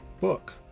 book